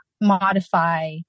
modify